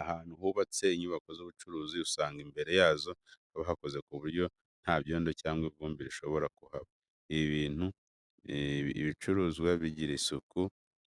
Ahantu hubatse inyubako z'ubucuruzi usanga imbere yazo haba hakoze ku buryo nta byondo cyangwa ivumbi rishobora kuhaba. Ibi bituma ibicuruzwa bigira isuku